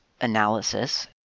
analysis